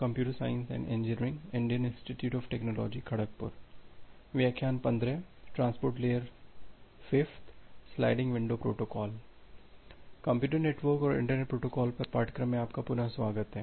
computer network और internet protocol पर पाठ्यक्रम में पुनः आपका स्वागत है